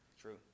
True